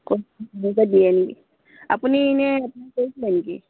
দিয়ে নেকি আপুনি এনেই এপ্লাই কৰিছিলে নেকি